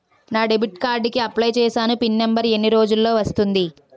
నా debit card కి apply చూసాను పిన్ నంబర్ ఎన్ని రోజుల్లో వస్తుంది?